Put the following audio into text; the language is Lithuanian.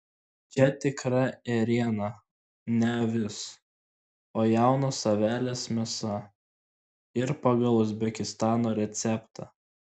čia tikra ėriena ne avis o jaunos avelės mėsa ir pagal uzbekistano receptą